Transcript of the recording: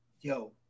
yo